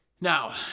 Now